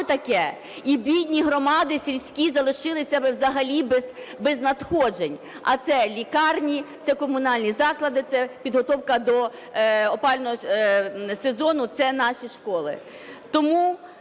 і бідні громади сільські залишилися взагалі без надходжень, а це лікарні, це комунальні заклади, це підготовка до опалювального сезону, це наші школи.